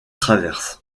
traverse